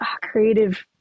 creative